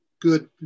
good